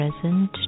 present